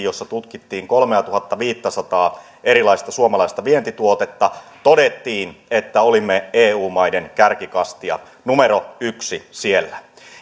jossa tutkittiin kolmeatuhattaviittäsataa erilaista suomalaista vientituotetta todettiin että olimme eu maiden kärkikastia numero yksi siellä